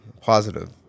positive